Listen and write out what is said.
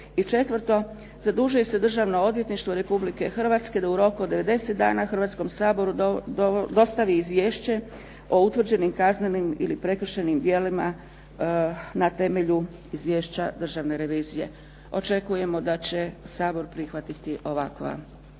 I četvrto, zadužuje se Državno odvjetništvo Republike Hrvatske da u roku od 90 dana Hrvatskom saboru dostavi Izvješće o utvrđenim kaznenim ili prekršajnim djelima na temelju izvješća Državne revizije. Očekujemo da će Sabor prihvatiti ovakve